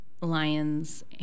lions